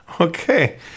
okay